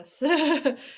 yes